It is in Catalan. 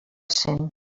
cent